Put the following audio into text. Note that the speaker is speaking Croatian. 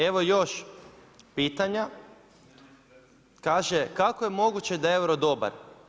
Evo još pitanja, kaže, kako je moguće da je euro dobar.